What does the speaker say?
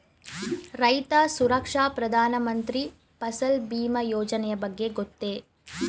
ರೈತ ಸುರಕ್ಷಾ ಪ್ರಧಾನ ಮಂತ್ರಿ ಫಸಲ್ ಭೀಮ ಯೋಜನೆಯ ಬಗ್ಗೆ ಗೊತ್ತೇ?